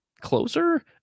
closer